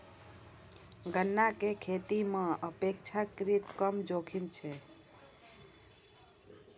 गन्ना के खेती मॅ अपेक्षाकृत कम जोखिम छै